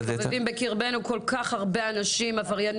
שמסתובבים בקרבנו כל כך הרבה עברייני